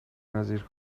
نظیر